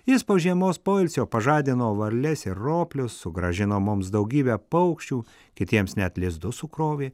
jis po žiemos poilsio pažadino varles ir roplius sugrąžino mums daugybę paukščių kitiems net lizdus sukrovė